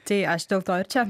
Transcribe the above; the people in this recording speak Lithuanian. tai aš dėl to ir čia